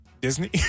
Disney